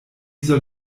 soll